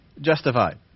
justified